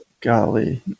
Golly